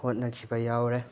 ꯍꯣꯠꯅꯈꯤꯕ ꯌꯥꯎꯔꯦ